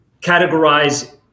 categorize